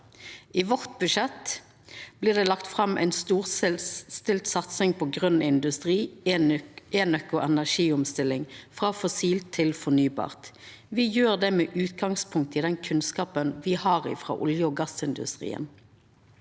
vårt blir det lagt fram ei storstilt satsing på grøn industri, enøk og energiomstilling frå fossilt til fornybart. Me gjer det med utgangspunkt i den kunnskapen me har frå olje- og gassindustrien.